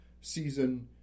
season